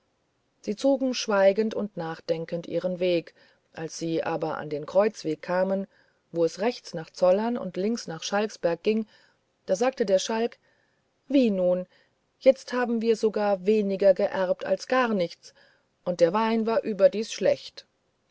sie zogen schweigend und nachdenkend ihren weg als sie aber an den kreuzweg kamen wo es rechts nach zollern und links nach schalksberg ging da sagte der schalk wie nun jetzt haben wir sogar weniger geerbt als gar nichts und der wein war überdies schlecht